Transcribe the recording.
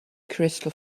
crystal